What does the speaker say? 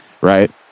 right